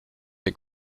est